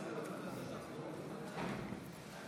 מצביע